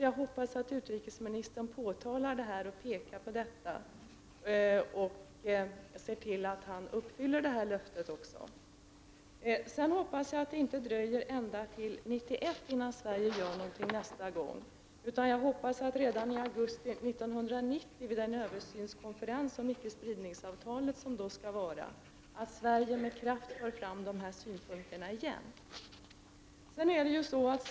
Jag hoppas att utrikesministern då uppfyller sitt löfte och påtalar detta. Jag hoppas också att det inte dröjer ända till 1991, innan Sverige nästa gång gör någonting på detta område, utan att Sverige med kraft för fram dessa synpunkter redan vid den översynskonferens om icke-spridningsavtalet som skall hållas i augusti 1990.